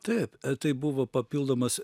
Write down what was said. taip tai buvo papildomas